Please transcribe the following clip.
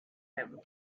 him